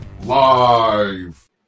live